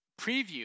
preview